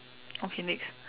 okay next